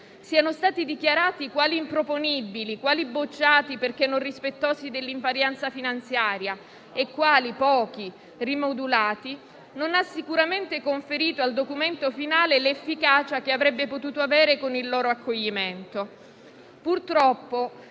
siano stati dichiarati quali improponibili, quali bocciati, perché non rispettosi dell'invarianza finanziaria, e quali (pochi) rimodulati, non ha sicuramente conferito al documento finale l'efficacia che avrebbe potuto avere con il loro accoglimento. Purtroppo